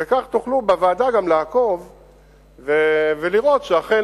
וכך תוכלו בוועדה גם לעקוב ולראות שאכן